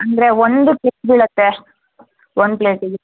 ಅಂದರೆ ಒಂದಕ್ಕೆಷ್ಟು ಬೀಳತ್ತೆ ಒಂದು ಪ್ಲೇಟಿಗೆ